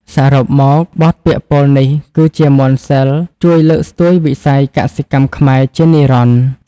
សរុបមក បទពាក្យពោលនេះគឺជាមន្តសីលជួយលើកស្ទួយវិស័យកសិកម្មខ្មែរជានិរន្តរ៍។